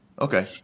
Okay